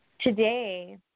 Today